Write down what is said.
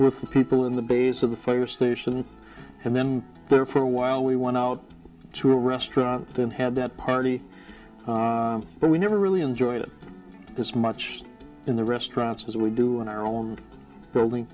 with people in the base of the fire station and then there for a while we went out to a restaurant then have that party but we never really enjoyed it as much in the restaurants as we do on our own building